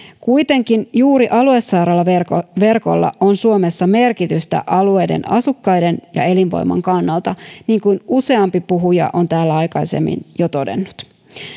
kuitenkin juuri aluesairaalaverkolla on suomessa merkitystä alueiden asukkaiden ja elinvoiman kannalta niin kuin useampi puhuja on täällä aikaisemmin jo todennut